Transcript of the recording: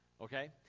Okay